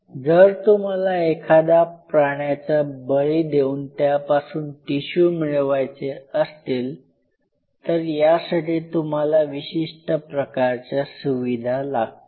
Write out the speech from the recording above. जर तुम्हाला एखादा प्राण्याचा बळी देऊन त्यापासून टिशू मिळवायचे असतील तर यासाठी तुम्हाला विशिष्ट प्रकारच्या सुविधा लागतील